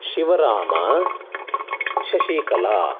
शिवरामः Shashikala